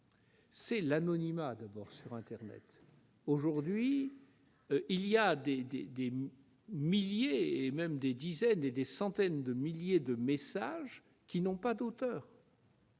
c'est l'anonymat sur internet. Aujourd'hui, il existe des milliers, voire des dizaines ou des centaines de milliers de messages qui n'ont pas d'auteur.